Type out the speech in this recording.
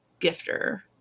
gifter